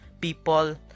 people